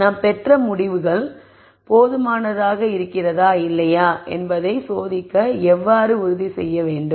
எனவே நாம் பெற்ற முடிவுகள் போதுமானதாக இருக்கிறதா இல்லையா என்பதை சோதிக்க எவ்வாறு உறுதி செய்ய வேண்டும்